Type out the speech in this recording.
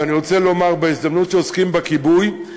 ואני רוצה לומר בהזדמנות שעוסקים בכיבוי,